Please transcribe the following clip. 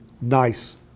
nice